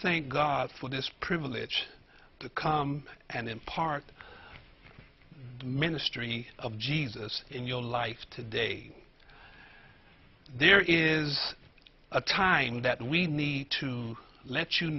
thank god for this privilege to come and impart ministry of jesus in your life today there is a time that we need to let you